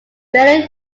barely